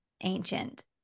ancient